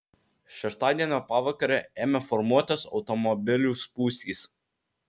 šeštadienio pavakarę ėmė formuotis automobilių spūstys